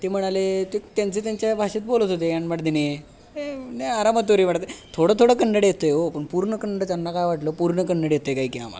ते म्हणाले ते त्यांचे त्यांच्या भाषेत बोलत होते येन माड तिनी थोडं थोडं कन्नड येत आहे हो पण पूर्ण कन्नड त्यांना काय वाटलं पूर्ण कन्नड येत आहे काय की आम्हाला